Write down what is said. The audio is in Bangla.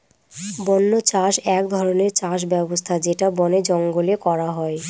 বন্য চাষ এক ধরনের চাষ ব্যবস্থা যেটা বনে জঙ্গলে করা হয়